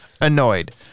annoyed